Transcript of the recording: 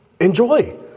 enjoy